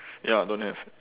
ya don't have